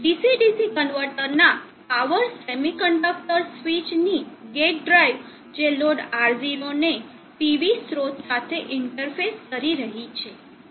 DC DC કન્વર્ટરના power semiconductor switch ની gate drive જે લોડ R0 ને PV સ્રોત સાથે ઇન્ટરફેસ કરી રહી છે